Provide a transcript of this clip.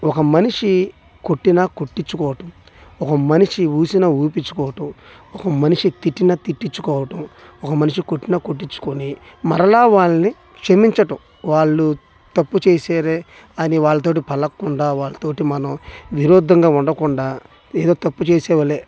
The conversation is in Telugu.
ఒక మనిషి కొట్టినా కొట్టించుకోవటం ఒక మనిషి ఊసిన ఉమ్మించుకోవడం మనిషి తిట్టిన తిట్టించుకోవటం ఒక మనిషి కొట్టిన కొట్టించుకొని మరలా వాళ్ళని క్షమించటం వాళ్ళు తప్పు చేసారే అని వాళ్ళతోటి పలకకుండా వాళ్ళతోటి మనం విరుద్దంగా ఉండకుండా ఏదో తప్పు చేసావులే